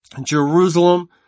Jerusalem